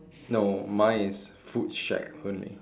no mine is food shack only